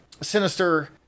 Sinister